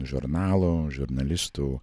žurnalų žurnalistų